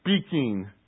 speaking